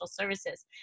services